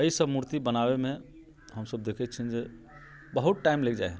एहिसब मुर्ति बनाबैमे हमसब देखै छिअनि जे बहुत टाइम लागि जाइ हइ